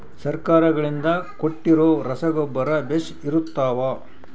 ಸರ್ಕಾರಗಳಿಂದ ಕೊಟ್ಟಿರೊ ರಸಗೊಬ್ಬರ ಬೇಷ್ ಇರುತ್ತವಾ?